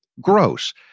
Gross